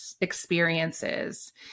experiences